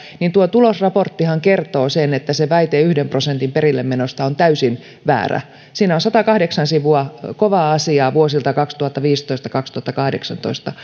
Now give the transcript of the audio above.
tulosraporttihan kertoo sen että se väite yhden prosentin perillemenosta on täysin väärä siinä on satakahdeksan sivua kovaa asiaa vuosilta kaksituhattaviisitoista viiva kaksituhattakahdeksantoista